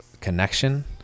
connection